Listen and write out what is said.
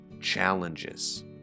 challenges